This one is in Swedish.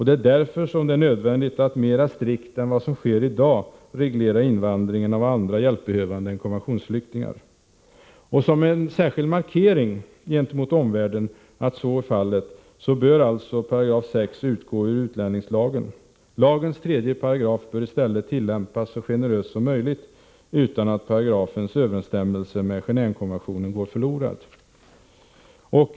Det är därför som det är nödvändigt att mera strikt än vad som sker i dag reglera invandringen av andra hjälpbehövande än konventionsflyktingar. Som en särskild markering gentemot omvärlden att så är fallet bör alltså 6 § utgå ur utlänningslagen. Lagens 3§ bör i stället tillämpas så generöst som möjligt utan att paragrafens överensstämmelse med Genéåvekonventionen går förlorad.